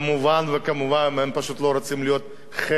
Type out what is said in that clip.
הם פשוט לא רוצים להיות חלק מהגזירות האלה.